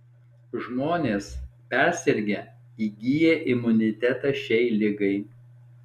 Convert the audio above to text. žmonės persirgę įgyja imunitetą šiai ligai